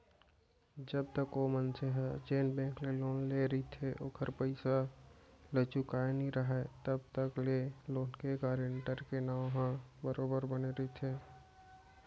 जब तक ओ मनसे ह जेन बेंक ले लोन लेय रहिथे ओखर पइसा ल चुकाय नइ राहय तब तक ले लोन के गारेंटर के नांव ह बरोबर बने रहिथे